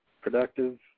productive